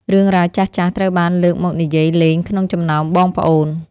រឿងរ៉ាវចាស់ៗត្រូវបានលើកមកនិយាយលេងក្នុងចំណោមបងប្អូន។